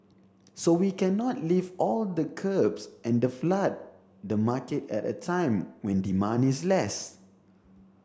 so we cannot lift all the curbs and the flood the market at a time when demand is less